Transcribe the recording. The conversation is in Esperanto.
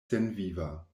senviva